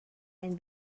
and